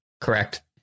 Correct